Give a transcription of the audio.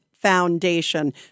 Foundation